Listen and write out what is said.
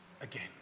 again